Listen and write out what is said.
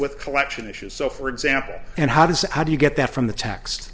with collection issues so for example and how does how do you get that from the tax